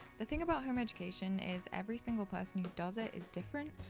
the thing about home-education is every single person who does it is different,